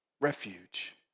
refuge